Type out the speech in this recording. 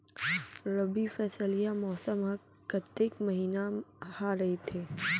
रबि फसल या मौसम हा कतेक महिना हा रहिथे?